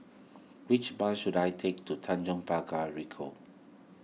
which bus should I take to Tanjong Pagar Ricoh